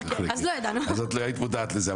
אז את לא היית מודעת לזה,